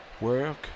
work